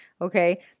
okay